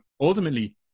ultimately